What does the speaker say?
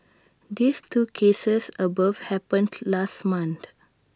these two cases above happened last month